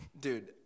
dude